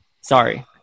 Sorry